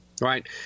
right